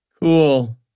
Cool